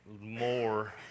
more